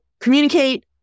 communicate